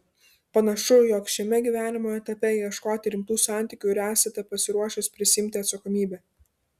panašu jog šiame gyvenimo etape ieškote rimtų santykių ir esate pasiruošęs prisiimti atsakomybę